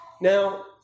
Now